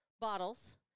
bottles